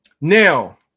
now